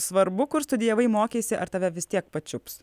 svarbu kur studijavai mokeisi ar tave vis tiek pačiups